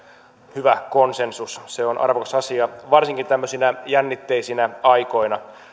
hyvä konsensus se on arvokas asia varsinkin tämmöisinä jännitteisinä aikoina